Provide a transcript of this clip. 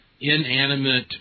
inanimate